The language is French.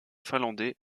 finlandais